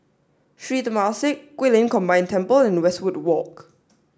Sri Temasek Guilin Combined Temple and Westwood Walk